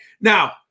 Now